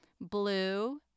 blue